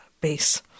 base